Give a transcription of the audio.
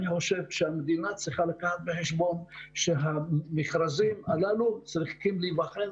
אני חושב שהמדינה צריכה לקחת בחשבון שהמכרזים האלה צריכים להיבחן